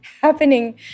happening